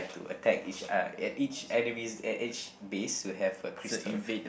to attack each uh at each enemies at each base to have a crystal